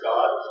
God